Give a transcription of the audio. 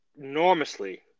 enormously –